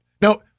Now